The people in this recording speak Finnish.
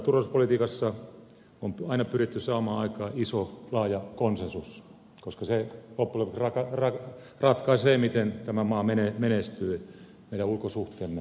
ulko ja turvallisuuspolitiikassa on aina pyritty saamaan aikaan iso laaja konsensus koska se loppujen lopuksi ratkaisee miten tämä maa menestyy meidän ulkosuhteemme kuitenkin